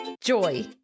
joy